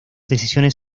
decisiones